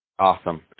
Awesome